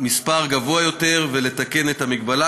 מספר גדול ביותר ולתקן את המגבלה,